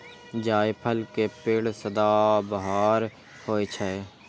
जायफल के पेड़ सदाबहार होइ छै